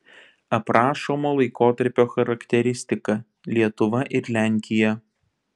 aprašomo laikotarpio charakteristika lietuva ir lenkija